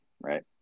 right